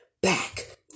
back